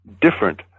different